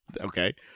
Okay